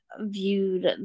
viewed